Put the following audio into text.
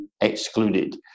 excluded